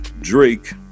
drake